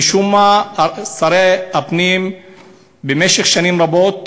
משום מה, שרי הפנים במשך שנים רבות,